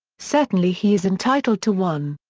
certainly he is entitled to one.